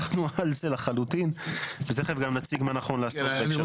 אנחנו על זה לחלוטין ותיכף גם נציג מה נכון לעשות בהקשר הזה.